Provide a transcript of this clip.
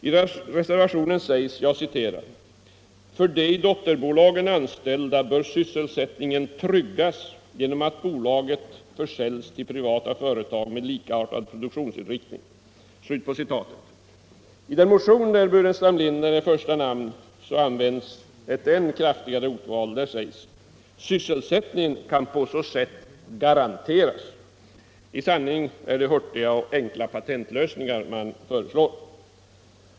I reservationen sägs: ”För de i dotterbolagen anställda bör sysselsättningen tryggas genom att bolagen försäljs till privata företag med likartad produktionsinriktning.” I den motion där herr Burenstam Linder är första namn används än kraftigare ordval: ”Sysselsättningen kan på så sätt garanteras.” Det är i sanning hurtiga och enkla patentlösningar man föreslår!